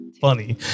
funny